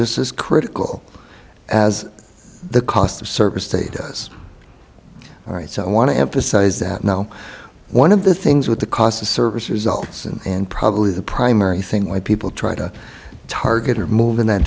just as critical as the cost of service status all right so i want to emphasize that now one of the things with the cost of service results and probably the primary thing why people try to target or move in that